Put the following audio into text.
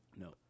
No